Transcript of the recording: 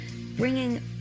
bringing